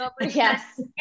yes